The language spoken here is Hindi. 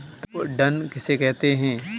विपणन किसे कहते हैं?